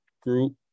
group